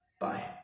Bye